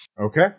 Okay